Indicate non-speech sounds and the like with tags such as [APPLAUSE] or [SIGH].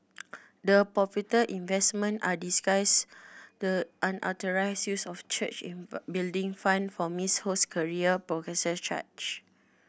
the purported investment are disguise the unauthorised use of church [UNINTELLIGIBLE] building funds for Miss Ho's career prosecutor charge